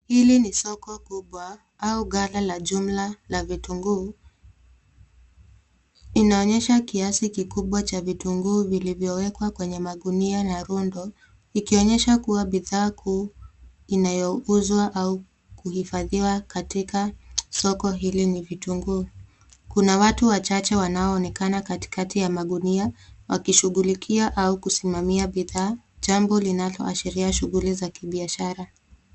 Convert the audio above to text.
Hili ni soko kubwa au gala la jumla na vitunguu. Inaonyesha kiasi kikubwa cha vitunguu vilivyowekwa kwenye magunia na rundo, ikionyesha kuwa bidhaa kuu inayouzwa au kuhifadhiwa katika soko hili ni vitunguu. Kuna watu wachache wanaoonekana katikati ya magunia wakishughulikia au kusimamia bidhaa, jambo linaloashiria shughuli za kibiashara.